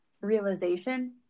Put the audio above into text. realization